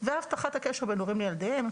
והבטחת הקשר בין הורים לילדיהם.